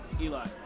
Eli